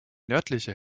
nördliche